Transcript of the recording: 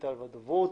הדיגיטל והדוברות.